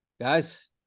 guys